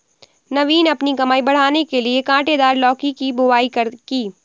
नवीन अपनी कमाई बढ़ाने के लिए कांटेदार लौकी की बुवाई की